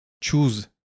choose